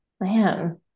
man